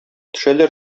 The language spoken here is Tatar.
төшәләр